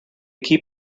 keep